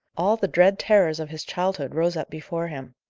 all the dread terrors of his childhood rose up before him.